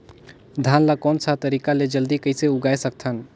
धान ला कोन सा तरीका ले जल्दी कइसे उगाय सकथन?